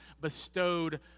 bestowed